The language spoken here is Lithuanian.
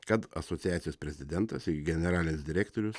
kad asociacijos prezidentas ir generalinis direktorius